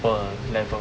per level